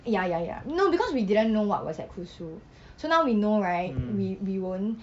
ya ya ya no because we didn't know what was at kusu so now we know right we we won't